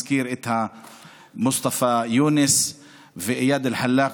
והזכיר את מוסטפא יונס ואיאד אלחלאק,